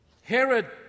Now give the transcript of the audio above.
Herod